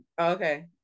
Okay